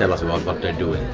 tell us what but they're doing.